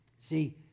See